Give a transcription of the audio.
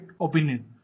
opinion